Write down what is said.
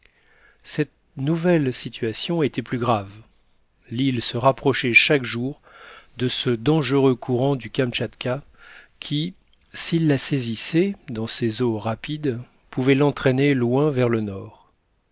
cette nouvelle situation était plus grave l'île se rapprochait chaque jour de ce dangereux courant du kamtchatka qui s'il la saisissait dans ses eaux rapides pouvait l'entraîner loin vers le nord